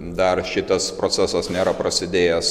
dar šitas procesas nėra prasidėjęs